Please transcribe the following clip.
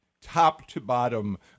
top-to-bottom